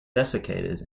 desiccated